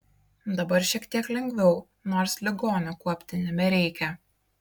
dabar šiek tiek lengviau nors ligonio kuopti nebereikia